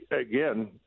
again